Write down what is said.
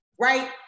Right